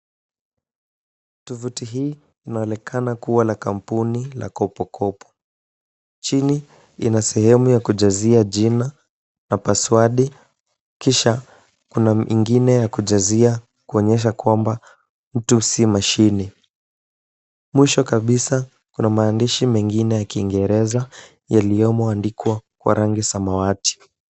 Tovuti hii inaonekana kuwa na kampuni la kopo kopo, chini ina sehemu ya kujazia jina na pasuadi kisha kuna ingine ya kujazia kuonyesha kwamba mtu si mashine, mwisho kabisa kuna maandishi mengine ya kiingereza yaliyomo andikwa rangi samawati.